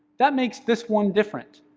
that makes this one different.